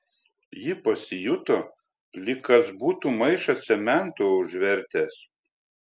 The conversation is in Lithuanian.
ji pasijuto lyg kas būtų maišą cemento užvertęs